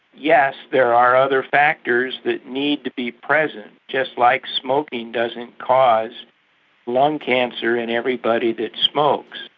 yes, there are other factors that need to be present, just like smoking doesn't cause lung cancer in everybody that smokes,